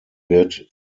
wird